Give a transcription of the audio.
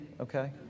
okay